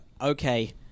Okay